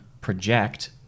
project